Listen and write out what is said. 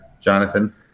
Jonathan